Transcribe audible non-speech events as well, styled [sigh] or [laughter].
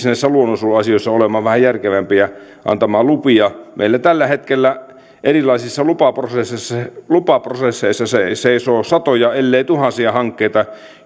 [unintelligible] näissä luonnonsuojeluasioissa olemaan vähän järkevämpi ja antamaan lupia meillä tällä hetkellä erilaisissa lupaprosesseissa lupaprosesseissa seisoo satoja ellei tuhansia hankkeita